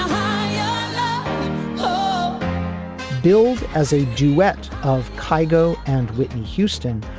um billed as a duet of cargo and whitney houston,